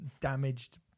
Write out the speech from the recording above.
damaged